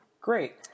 Great